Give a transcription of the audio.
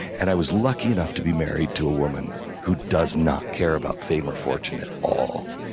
and i was lucky enough to be married to a woman who does not care about fame or fortune at all.